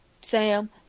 Sam